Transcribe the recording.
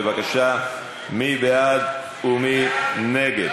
בבקשה, מי בעד ומי נגד?